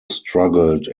struggled